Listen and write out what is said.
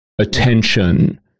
attention